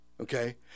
okay